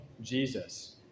Jesus